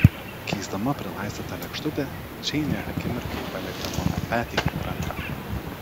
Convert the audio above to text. keisdama prilaistytą lėkštutę džeinė akimirkai palietė mano petį ranka